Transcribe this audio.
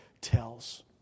tells